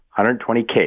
$120K